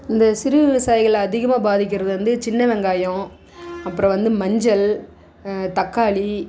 இந்த சிறு விவசாயிகள் அதிகமாக பாதிக்கிறது வந்து சின்ன வெங்காயம் அப்புறம் வந்து மஞ்சள் தக்காளி